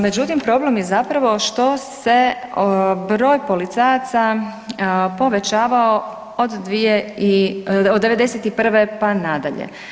Međutim, problem je zapravo što se broj policajaca povećavao od 91. pa nadalje.